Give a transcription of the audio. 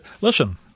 listen